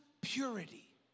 purity